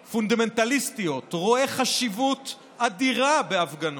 פונדמנטליסטיות, רואה חשיבות אדירה בהפגנות,